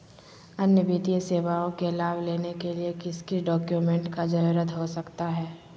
अन्य वित्तीय सेवाओं के लाभ लेने के लिए किस किस डॉक्यूमेंट का जरूरत हो सकता है?